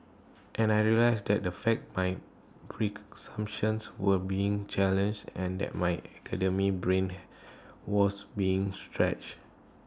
and I realise that the fact my were being challenged and that my academic brain was being stretched